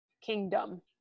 Kingdom